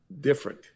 different